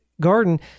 garden